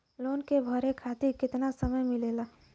Loan के भरे खातिर कितना समय मिलेला?